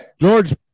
George